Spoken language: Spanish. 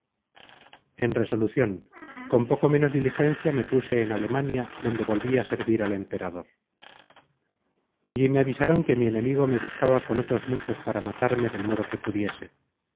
en resolucion con poco menos diligencia me puse en alemania donde volví á servir al emperador allí me avisaron que mi enemigo me buscaba con otros muchos para matarme del modo que pudiese